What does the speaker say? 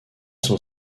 sont